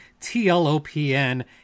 TLOPN